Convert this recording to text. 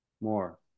more